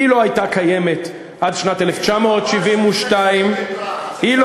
היא לא הייתה קיימת עד שנת 1972. היא לא